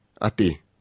ati